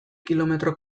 kilometro